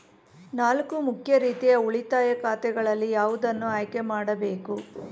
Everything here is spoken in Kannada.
ನಾಲ್ಕು ಮುಖ್ಯ ರೀತಿಯ ಉಳಿತಾಯ ಖಾತೆಗಳಲ್ಲಿ ಯಾವುದನ್ನು ಆಯ್ಕೆ ಮಾಡಬೇಕು?